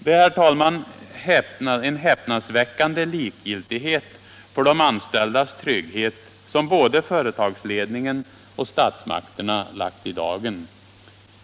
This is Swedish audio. Det är, herr talman, en häpnadsväckande likgiltighet för de anställdas trygghet som både företagsledningen och statsmakterna lagt i dagen.